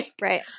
Right